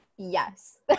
Yes